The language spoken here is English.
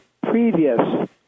previous